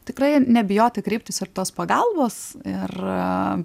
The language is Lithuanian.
tikrai nebijoti kreiptis ir tos pagalbos ir